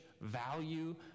value